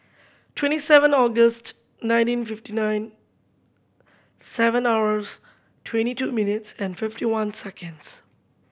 twenty seven August nineteen fifty nine seven hours twenty two minutes and fifty one seconds